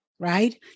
right